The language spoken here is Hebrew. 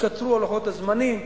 התקצרו לוחות הזמנים,